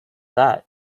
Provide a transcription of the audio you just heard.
that